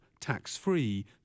tax-free